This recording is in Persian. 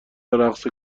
رقص